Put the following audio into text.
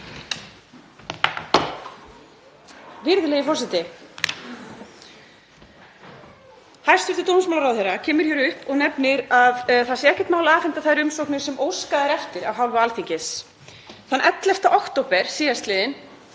Virðulegi forseti. Hæstv. dómsmálaráðherra kemur hér upp og nefnir að það sé ekkert mál að afhenda þær umsóknir sem óskað er eftir af hálfu Alþingis. Þann 11. október sl. sendi